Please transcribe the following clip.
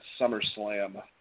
SummerSlam